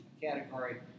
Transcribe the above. category